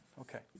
Okay